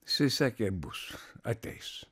jisai sakė bus ateis